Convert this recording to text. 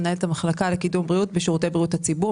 מנהלת המחלקה לקידום בריאות בשירותי בריאות הציבור,